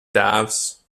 tēvs